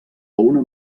una